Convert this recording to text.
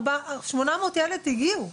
כ-800 ילדים הגיעו,